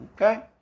Okay